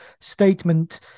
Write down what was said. statement